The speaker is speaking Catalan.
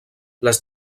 les